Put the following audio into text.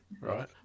Right